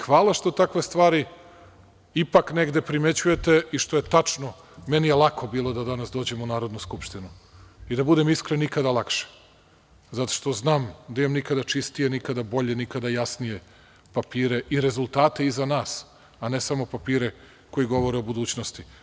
Hvala što takve stvari ipak negde primećujete i što je tačno, meni je lako bilo da danas dođem u Narodnu skupštinu, da budem iskren, nikada lakše, zato što znam da imam nikada čistije, nikada bolje, nikada jasnije papire i rezultate iza nas, a ne samo papire koji govore o budućnosti.